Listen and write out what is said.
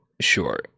sure